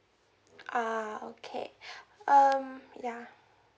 ah okay um ya